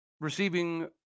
receiving